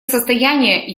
состояние